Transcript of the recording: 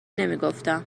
نمیگفتم